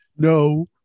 No